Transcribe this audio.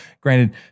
granted